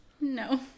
No